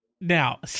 Now